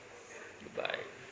goodbye